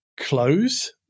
close